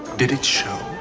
did it show?